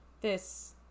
this-